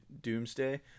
doomsday